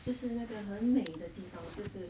就是那个很美的地方就是